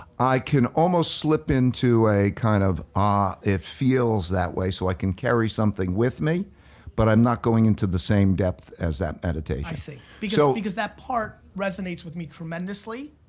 i can almost slip into a kind of ah, it feels that way so i can carry something with me but i'm not going into the same depth as that meditation. i see so because that part resonates with me tremendously.